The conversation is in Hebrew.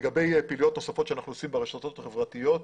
לגבי פעילויות נוספות שאנחנו עושים ברשתות החברתיות,